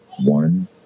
One